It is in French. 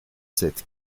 sept